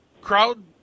crowd